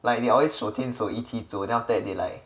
like they always 手牵手一起走 then after that they like